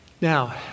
Now